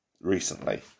recently